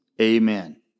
amen